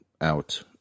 out